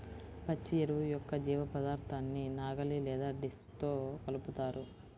పచ్చి ఎరువు యొక్క జీవపదార్థాన్ని నాగలి లేదా డిస్క్తో కలుపుతారు